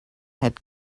had